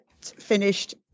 finished